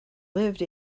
lived